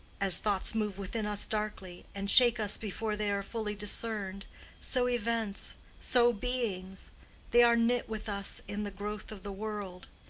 as thoughts move within us darkly, and shake us before they are fully discerned so events so beings they are knit with us in the growth of the world.